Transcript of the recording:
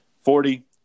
Forty